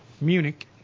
Munich